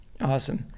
Awesome